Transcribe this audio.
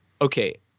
okay